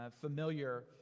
familiar